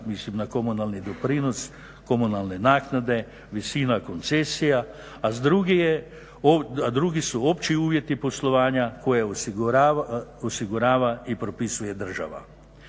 mislim na komunalni doprinos, komunalne naknade, visina koncesija, a drugi su opći uvjeti poslovanja koje osigurava i propisuje država.